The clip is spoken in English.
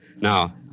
Now